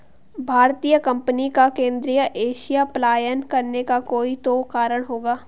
भारतीय कंपनी का केंद्रीय एशिया पलायन करने का कोई तो कारण होगा